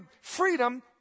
freedom